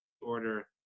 order